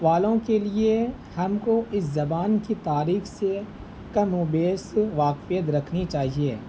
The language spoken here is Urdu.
والوں کے لیے ہم کو اس زبان کی تاریخ سے کم و بیش واقفیت رکھنی چاہیے